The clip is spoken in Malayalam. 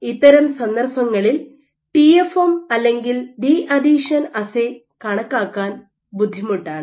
ഇത്തരം സന്ദർഭങ്ങളിൽ ടിഎഫ്എം അല്ലെങ്കിൽ ഡീഅഥീഷൻ അസ്സെ കണക്കാക്കാൻ ബുദ്ധിമുട്ടാണ്